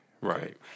Right